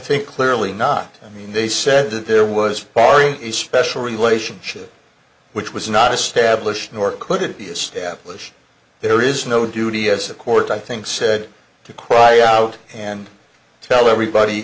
think clearly not i mean they said that there was part of a special relationship which was not established nor could it be established there is no duty as the court i think said to cry out and tell everybody